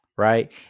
Right